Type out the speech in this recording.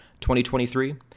2023